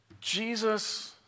Jesus